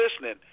listening